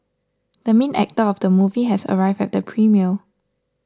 the main actor of the movie has arrived at the premiere